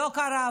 לא קרה.